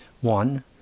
One